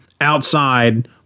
outside